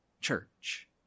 church